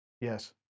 Yes